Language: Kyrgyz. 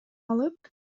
алып